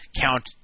count